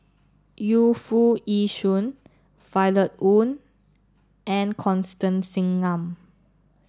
Yu Foo Yee Shoon Violet Oon and Constance Singam